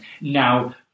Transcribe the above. Now